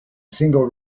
single